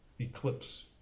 eclipse